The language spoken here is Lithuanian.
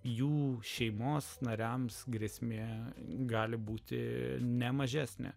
jų šeimos nariams grėsmė gali būti ne mažesnė